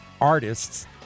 artists